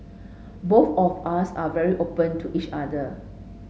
both of us are very open to each other